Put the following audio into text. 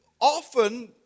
often